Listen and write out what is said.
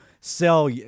sell